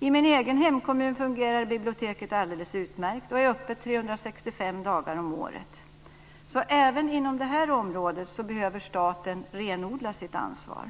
I min egen hemkommun fungerar biblioteket alldeles utmärkt. Det är öppet 365 dagar om året. Även inom det här området behöver staten renodla sitt ansvar.